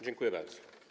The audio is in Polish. Dziękuję bardzo.